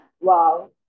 wow